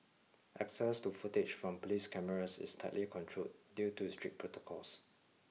access to footage from police cameras is tightly controlled due to strict protocols